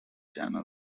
channels